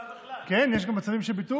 כן, יש גם מצבים של ביטול?